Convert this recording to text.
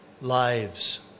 lives